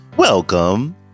Welcome